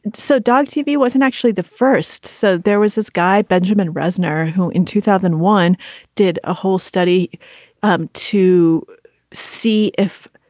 so dog tv wasn't actually the first. so there was this guy, benjamin reznor, who in two thousand and one did a whole study um to see if,